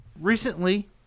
recently